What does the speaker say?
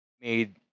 made